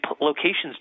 locations